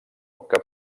que